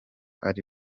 ari